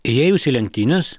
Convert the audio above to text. įėjus į lenktynes